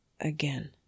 again